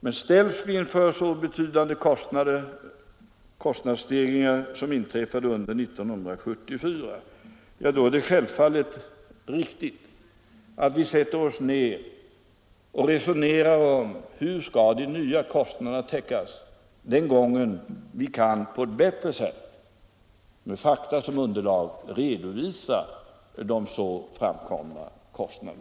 Men ställs vi inför så betydande kostnadsstegringar som inträffade under 1974, är det givetvis riktigt att vi söker noggrant beräkna dem och resonerar om hur de eventuella nya kostnaderna skall täckas den gången vi på ett bättre sätt, med fakta som underlag, kan få dem redovisade.